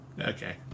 okay